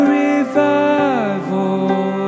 revival